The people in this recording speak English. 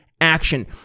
action